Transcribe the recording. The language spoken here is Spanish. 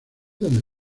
donde